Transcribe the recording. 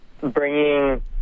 bringing